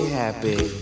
happy